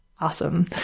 Awesome